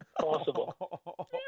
Possible